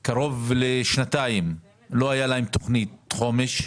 במשך קרוב לשנתיים לא הייתה להם תכנית חומש.